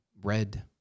red